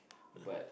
but